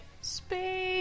space